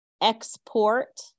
export